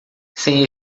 sem